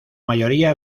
mayoría